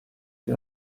che